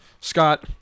Scott